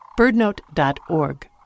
birdnote.org